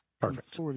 perfect